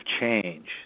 change